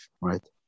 right